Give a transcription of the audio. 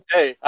Hey